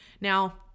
Now